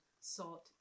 Salt